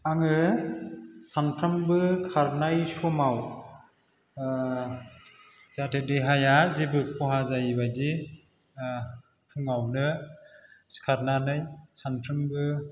आङो सानफ्रोमबो खारनाय समाव जाहाथे देहाया जेबो खहा जायैबायदि फुङावनो सिखारनानै सानफ्रोमबो